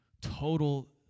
total